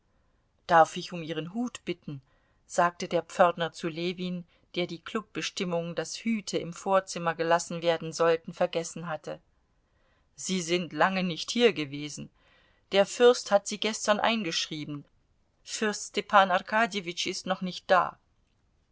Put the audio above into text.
darf ich um ihren hut bitten sagte der pförtner zu ljewin der die klubbestimmung daß hüte im vorzimmer gelassen werden sollten vergessen hatte sie sind lange nicht hier gewesen der fürst hat sie gestern eingeschrieben fürst stepan arkadjewitsch ist noch nicht da